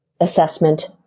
assessment